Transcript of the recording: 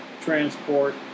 transport